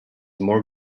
more